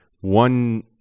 one